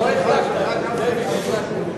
הוא כבר ראה כמה שבאותה הצעה תמכו,